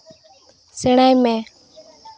ᱥᱮᱬᱟᱭ ᱢᱮ